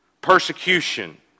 Persecution